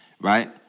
right